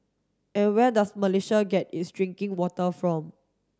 and where does Malaysia get its drinking water from